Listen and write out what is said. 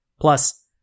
Plus